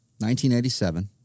1987